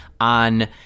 on